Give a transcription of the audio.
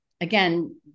again